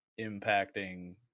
impacting